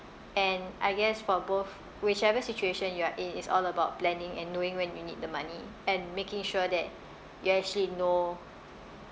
and I guess for both whichever situation you are in it's all about planning and knowing when you need the money and making sure that you actually know